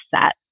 set